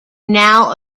now